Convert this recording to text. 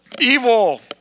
evil